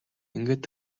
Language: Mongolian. ингээд